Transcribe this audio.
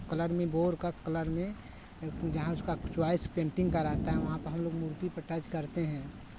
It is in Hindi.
कलर में बोर कर कलर में जहां उसका च्वाइस पेंटिंग का रहता है वहां पे हमलोग मूर्ती पे टच करते हैं